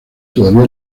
todavía